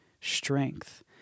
strength